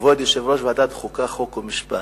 כבוד יושב-ראש ועדת החוקה, חוק ומשפט,